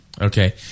Okay